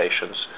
patients